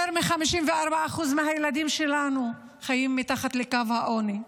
יותר מ-54% מהילדים שלנו חיים מתחת לקו העוני,